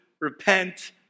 repent